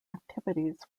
activities